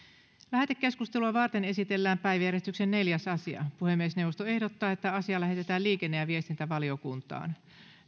lähetekeskustelua varten esitellään päiväjärjestyksen neljäs asia puhemiesneuvosto ehdottaa että asia lähetetään liikenne ja viestintävaliokuntaan